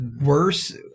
worse